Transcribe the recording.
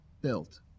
built